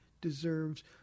deserves